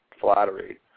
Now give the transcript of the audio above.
flattery